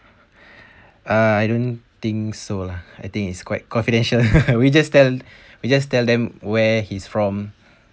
uh I don't think so lah I think it's quite confidential we just tell just tell them where he's from